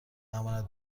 امانت